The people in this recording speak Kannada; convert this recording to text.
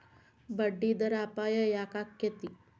ಬಡ್ಡಿದರದ್ ಅಪಾಯ ಯಾಕಾಕ್ಕೇತಿ?